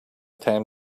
time